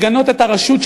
לגנות את הרשות,